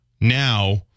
now